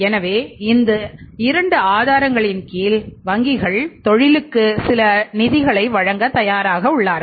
எனவே இந்த 2 ஆதாரங்களின் கீழ் வங்கிகள் தொழிலுக்கு சில நிதிகளை வழங்க தயாராக உள்ளார்கள்